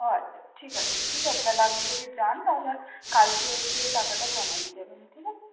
ও আচ্ছা ঠিক আছে ঠিক আছে তাহলে আপনি যদি যান তাহলে কালকে এসে টাকাটা জমা দিয়ে যাবেন ঠিক আছে